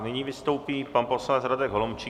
Nyní vystoupí pan poslanec Radek Holomčík.